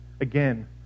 Again